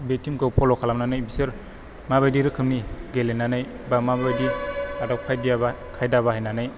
बे तिमखौ फल' खालामनानै बिसोर माबायदि रोखोमनि गेलेनानै बा माबायदि आदब खायदिया बा खायदा बाहायनानै